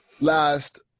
last